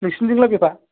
नोंसिनिथिंलाय बेसेबां